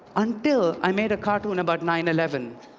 until i made a cartoon about nine eleven.